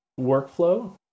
workflow